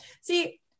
See